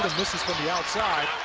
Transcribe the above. misses from the outside,